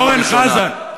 חבל.